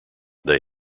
they